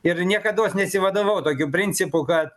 ir niekados nesivadovavau tokiu principu kad